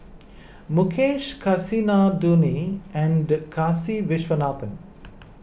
Mukesh Kasinadhuni and Kasiviswanathan